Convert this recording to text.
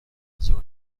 ظهر